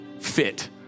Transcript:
fit